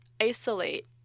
isolate